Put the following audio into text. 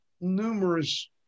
numerous